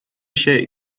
się